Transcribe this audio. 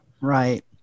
right